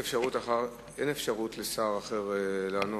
אין אפשרות לשר אחר לענות.